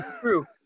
True